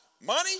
money